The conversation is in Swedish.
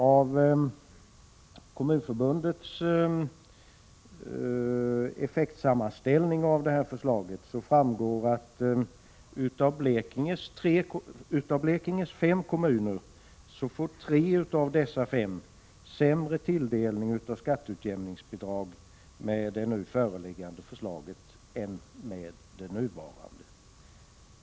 Av Kommunförbundets effektsammanställning beträffande regeringsförslaget framgår att av Blekinges fem kommuner får tre sämre tilldelning av skatteutjämningsbidrag enligt det nu föreliggande förslaget än med den nuvarande ordningen.